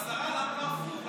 השרה, אבל למה לא הפוך?